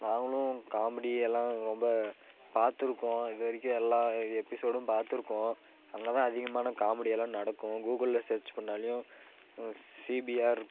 நாங்களும் காமெடி எல்லான் ரொம்ப பார்த்துருக்கோம் இது வரைக்கும் எல்லா எபிசோடும் பார்த்துருக்கோம் அங்கேதான் அதிகமான காமெடியெல்லான் நடக்கும் கூகுளில் சர்ச் பண்ணாலும் சிபிஆர்